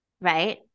right